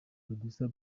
producer